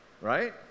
right